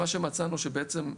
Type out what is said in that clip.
מצאנו שבעצם,